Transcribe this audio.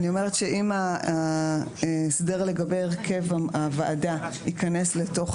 אם ההסדר לגבי הרכב הוועדה ייכנס לתוך